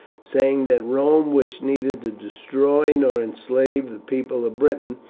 saying that rome wished neither to destroy nor enslave the people of britain,